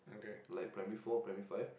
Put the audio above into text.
like primary four primary five